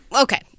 Okay